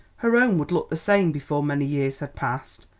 her own would look the same before many years had passed,